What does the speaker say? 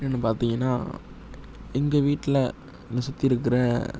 என்னென்னு பார்த்தீங்கன்னா எங்கள் வீட்டில் இந்த சுற்றி இருக்கிற